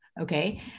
okay